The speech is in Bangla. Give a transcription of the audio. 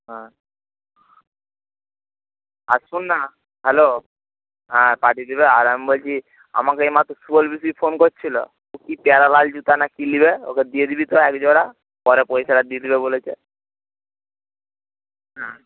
হ্যাঁ আর শোন না হ্যালো হ্যাঁ পাঠিয়ে দেবে আর আমি বলছি আমাকে এই মাত্র সুবল পিসি ফোন করেছিল ও কি প্যারালাল জুতো না কি নেবে ওকে দিয়ে দিবি তো এক জোড়া পরে পয়সাটা দিয়ে দেবে বলেছে হ্যাঁ